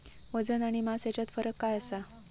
वजन आणि मास हेच्यात फरक काय आसा?